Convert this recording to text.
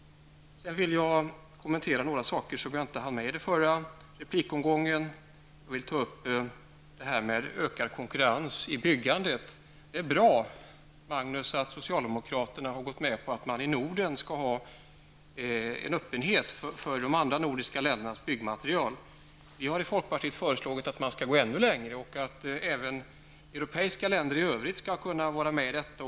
Sedan vill jag kommentera några saker som jag inte hann med i den förra replikomgången. Jag vill ta upp detta med ökad konkurrens i byggandet. Det är bra, Magnus Persson, att socialdemokraterna har gått med att man skall ha en öppenhet för de andra nordiska ländernas byggmaterial. Vi i folkpartiet har föreslagit att man skall gå ännu längre och att även europeiska länder i övrigt skall kunna vara med i detta.